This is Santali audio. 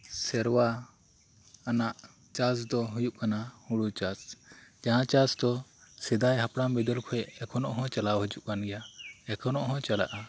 ᱥᱮᱨᱣᱟ ᱟᱱᱟᱜ ᱪᱟᱥ ᱫᱚ ᱦᱩᱭᱩᱜ ᱠᱟᱱᱟ ᱦᱩᱲᱩ ᱪᱟᱥ ᱡᱟᱦᱟᱸ ᱪᱟᱥ ᱫᱚ ᱥᱮᱫᱟᱭ ᱦᱟᱯᱲᱟᱢ ᱵᱤᱫᱟᱹᱞ ᱠᱷᱚᱡ ᱮᱠᱷᱚᱱᱚ ᱪᱟᱞᱟᱣ ᱦᱤᱡᱩᱜ ᱠᱟᱱ ᱜᱮᱭᱟ ᱮᱠᱷᱚᱱᱚ ᱦᱚ ᱪᱟᱞᱟᱜᱼᱟ